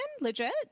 Legit